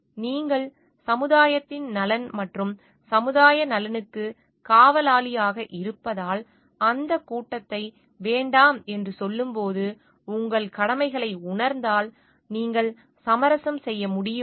எனவே நீங்கள் சமுதாயத்தின் நலன் மற்றும் சமுதாய நலனுக்கு காவலாளியாக இருப்பதால் அந்த கூட்டத்தை வேண்டாம் என்று சொல்லும் போது உங்கள் கடமைகளை உணர்ந்தால் நீங்கள் சமரசம் செய்ய முடியுமா